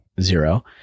zero